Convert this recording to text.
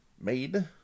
made